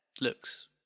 looks